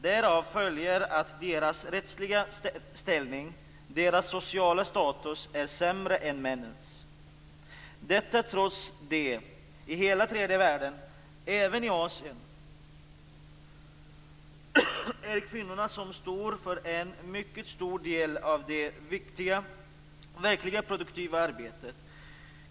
Därav följer att deras rättsliga ställning och sociala status är sämre än männens - detta trots att det i hela tredje världen, även i Asien, är kvinnorna som står för en mycket stor del av det verkligt produktiva arbetet.